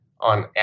on